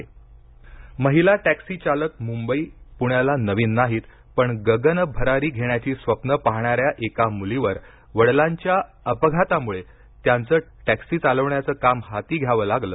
महिला टॅक्सी महिला टॅक्सी चालक मुंबई पुण्याला नवीन नाहीत पण गगनभरारी घेण्याची स्वप्नं पाहणाऱ्या एका मुलीवर वडलांच्या अपघातामुळे त्यांचं टॅक्सीचं चालवायचं काम हाती घ्यावं लागलं